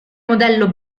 modello